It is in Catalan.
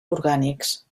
orgànics